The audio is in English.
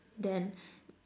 then